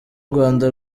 rwanda